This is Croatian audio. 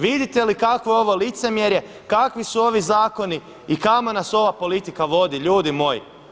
Vidite li kakvo je ovo licemjerje, kakvi su ovi zakoni i kamo nas ova politika vodi ljudi moji.